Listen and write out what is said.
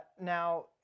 now